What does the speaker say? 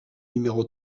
numéro